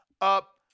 up